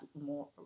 more